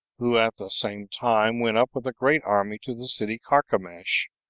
who at the same time went up with a great army to the city carchemish,